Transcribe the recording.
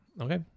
Okay